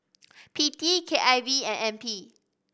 P T K I V and N P